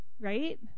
right